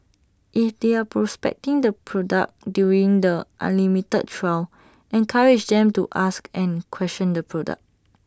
if they are prospecting the product during the unlimited trial encourage them to ask and question the product